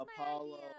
Apollo